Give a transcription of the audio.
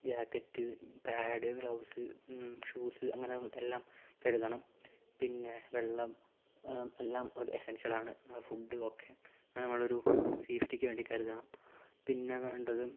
jacket pad gloves shoes അങ്ങനെ എല്ലാം കരുതണം പിന്നെ വെള്ളം എല്ലാം ഒരു എസ്സൻഷ്യലാണ് ഫുഡ് ഒക്കെ നമ്മളൊരു സേഫ്റ്റിക്ക് വേണ്ടി കരുതണം പിന്നെ വേണ്ടത്